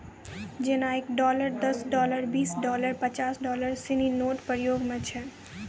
जेना एक डॉलर दस डॉलर बीस डॉलर पचास डॉलर सिनी नोट प्रयोग म छै